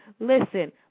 Listen